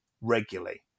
regularly